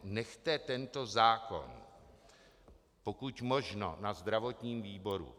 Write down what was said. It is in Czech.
Nechte tento zákon pokud možno na zdravotním výboru.